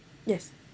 yes